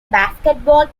basketball